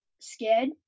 scared